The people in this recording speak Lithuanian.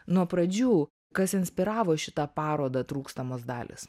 nuo pradžių kas inspiravo šitą parodą trūkstamos dalys